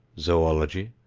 zoology,